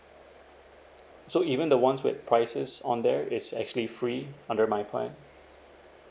so even the ones with prices on there is actually free under my plan